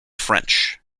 french